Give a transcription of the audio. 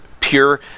pure